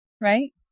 right